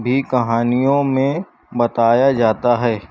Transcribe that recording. بھی کہانیوں میں بتایا جاتا ہے